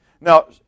Now